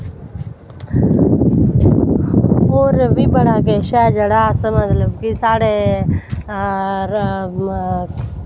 होर बी बड़ा किश ऐ जेह्ड़ा अस मतलव कि साढ़े